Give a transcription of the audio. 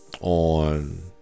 on